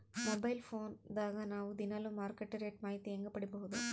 Mobile phone ದಾಗ ನಾವು ದಿನಾಲು ಮಾರುಕಟ್ಟೆ ರೇಟ್ ಮಾಹಿತಿ ಹೆಂಗ ಪಡಿಬಹುದು?